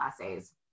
essays